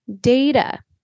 data